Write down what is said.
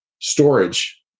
storage